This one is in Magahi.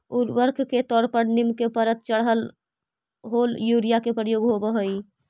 उर्वरक के तौर पर नीम के परत चढ़ल होल यूरिया के प्रयोग होवऽ हई